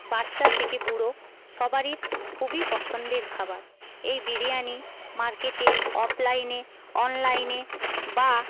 বাচ্চা থেকে বুড়ো সবারই খুবই পছন্দের খাবার এই বিরিয়ানি মার্কেটে অফলাইনে অনলাইনে বা